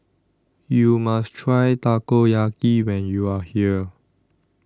YOU must Try Takoyaki when YOU Are here